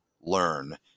learn